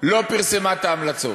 לא פרסמה את ההמלצות.